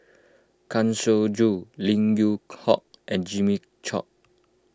Kang Siong Joo Lim Yew Hock and Jimmy Chok